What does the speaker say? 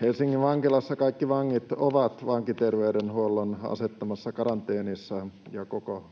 Helsingin vankilassa kaikki vangit ovat vankiterveydenhuollon asettamassa karanteenissa, ja koko